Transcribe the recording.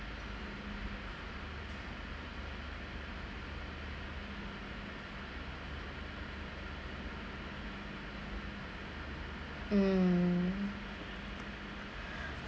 mm